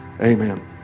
amen